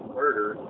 murder